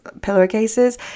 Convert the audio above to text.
pillowcases